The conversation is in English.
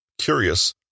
curious